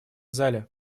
зале